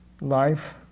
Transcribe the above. life